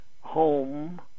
home